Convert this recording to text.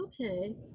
Okay